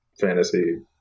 fantasy